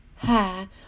Hi